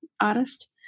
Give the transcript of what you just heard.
artist